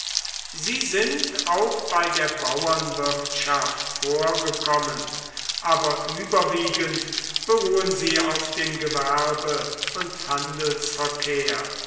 sie sind auch bei der bauernwirtschaft vorgekommen aber überwiegend beruhen sie auf dem gewerbe und handelsverkehr